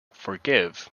forgive